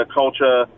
culture